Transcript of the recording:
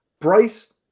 Bryce